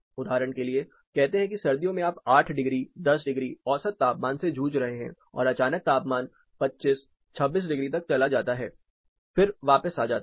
उदाहरण के लिए कहते हैं कि सर्दियों में आप 8 डिग्री 10 डिग्री औसत तापमान से जूझ रहे हैं और अचानक तापमान 25 26 डिग्री तक चला जाता है और फिर वापस आ जाता है